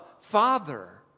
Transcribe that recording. Father